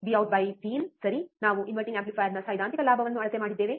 ವಿಔಟ್ವಿಇನ್ Vout Vin ಸರಿ ನಾವು inverting ಆಂಪ್ಲಿಫೈಯರ್ನ ಸೈದ್ಧಾಂತಿಕ ಲಾಭವನ್ನು ಅಳತೆ ಮಾಡಿದ್ದೇವೆ